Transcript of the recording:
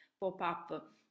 pop-up